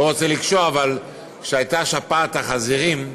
אני לא רוצה לקשור, אבל כשהייתה שפעת החזירים,